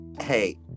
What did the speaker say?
hey